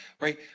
right